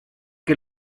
que